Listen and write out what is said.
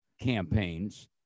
campaigns